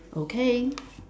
okay